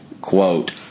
quote